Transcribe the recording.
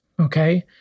okay